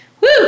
Woo